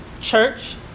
church